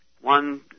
one